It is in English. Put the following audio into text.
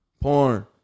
porn